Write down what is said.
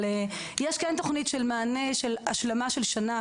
אבל יש תוכנית של מענה של השלמה של שנה